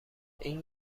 این